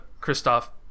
Christoph